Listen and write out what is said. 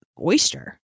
oyster